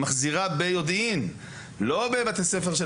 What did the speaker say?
היא מחזירה ביודעין לא בבתי ספר של